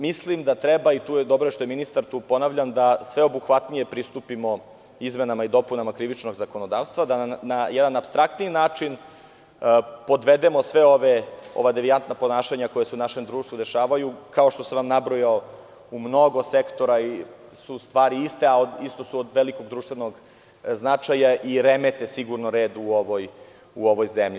Mislim da treba, i dobro je što je ministar tu, da sveobuhvatnije pristupimo izmenama i dopunama krivičnog zakonodavstva, da na jedan apstraktniji način podvedemo sva ova devijantna ponašanja koja se u našem društvu dešavaju, kao što sam vam nabrojao, u mnogo sektora su stvari iste, a isto su od velikog društvenog značaja i remete red u ovoj zemlji.